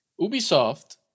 Ubisoft